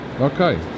Okay